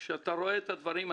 כאשר אתה רואה את הדברים,